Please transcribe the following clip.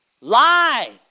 Lie